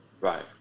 Right